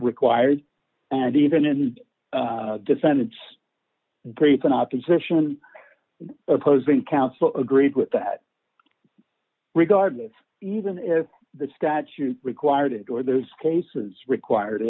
required and even in the descendants group an opposition opposing counsel agreed with that regardless even if the statute required it or those cases require